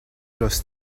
los